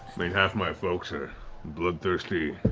i mean half my folks are bloodthirsty,